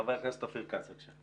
חבר הכנסת אופיר כץ, בבקשה.